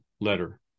letter